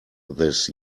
this